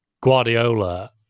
Guardiola